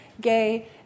gay